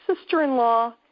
sister-in-law